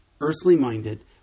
earthly-minded